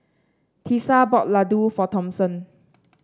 Tisa bought Ladoo for Thompson